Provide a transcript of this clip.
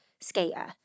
skater